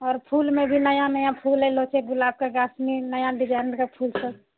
आओर फूलमे भी नया नया फूल एलोहँ जैसे गुलाब जासमीन नया डिजाइन मतलब फूल सब